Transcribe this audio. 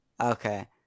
Okay